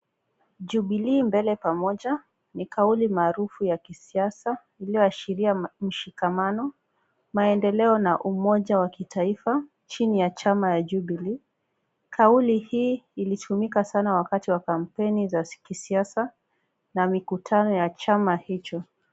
Jubilee mbele pamoja, ni kauli maarufu ya kisiasa, lililoashiria mshikamano, maendeleo na umoja wa kitaifa, chini ya chama ya Jubilee. Kauli hii ilitumika sana wakati wa kampeni za kisiasa na mikutano ya chama hicho.